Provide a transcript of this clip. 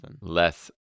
Less